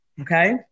okay